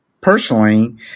personally